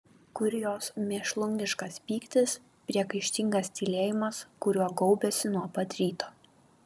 kur jos mėšlungiškas pyktis priekaištingas tylėjimas kuriuo gaubėsi nuo pat ryto